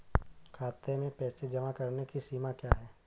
खाते में पैसे जमा करने की सीमा क्या है?